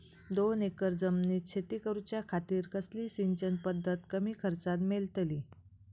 दोन एकर जमिनीत शेती करूच्या खातीर कसली सिंचन पध्दत कमी खर्चात मेलतली?